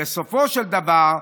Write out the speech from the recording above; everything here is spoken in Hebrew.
ובסופו של דבר,